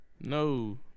No